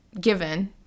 given